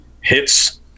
hits